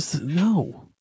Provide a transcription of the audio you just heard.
No